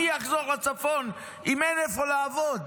מי יחזור לצפון אם אין איפה לעבוד?